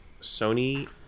sony